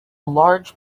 large